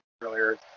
earlier